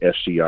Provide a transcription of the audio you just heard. scr